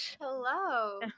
Hello